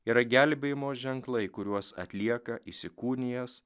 yra gelbėjimo ženklai kuriuos atlieka įsikūnijęs